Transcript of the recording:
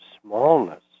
smallness